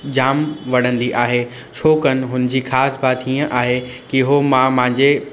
जाम वणंदी आहे छाकणि हुनजी ख़ासि बात हीअ आहे की उहो मां मुंहिंजे